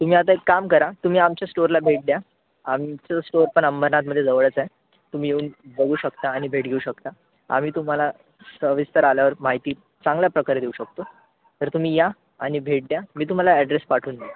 तुम्ही आता एक काम करा तुम्ही आमच्या स्टोअरला भेट द्या आमचं स्टोअर पण अंबरनाथमध्ये जवळच आहे तुम्ही येऊन बघू शकता आणि भेट घेऊ शकता आम्ही तुम्हाला सविस्तर आल्यावर माहिती चांगल्या प्रकारे देऊ शकतो तर तुम्ही या आणि भेट द्या मी तुम्हाला अॅड्रेस पाठवून दे